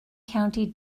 county